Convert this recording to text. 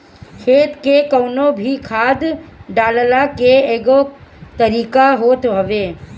खेत में कवनो भी खाद डालला के एगो तरीका होत हवे